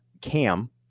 Cam